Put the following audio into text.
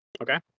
Okay